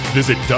Visit